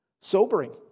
Sobering